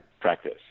Practice